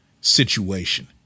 situation